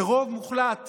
ברוב המוחלט